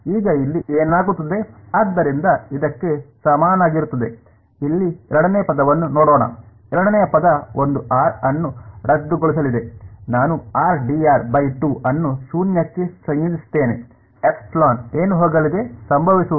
ಈಗ ಇಲ್ಲಿ ಏನಾಗುತ್ತದೆ ಆದ್ದರಿಂದ ಇದಕ್ಕೆ ಸಮನಾಗಿರುತ್ತದೆ ಇಲ್ಲಿ ಎರಡನೇ ಪದವನ್ನು ನೋಡೋಣ ಎರಡನೆಯ ಪದ ಒಂದು ಆರ್ ಅನ್ನು ರದ್ದುಗೊಳಿಸಲಿದೆ ನಾನು ಅನ್ನು ಶೂನ್ಯಕ್ಕೆ ಸಂಯೋಜಿಸುತ್ತೇನೆ ε ಏನು ಹೋಗಲಿದೆ ಸಂಭವಿಸುವುದೇ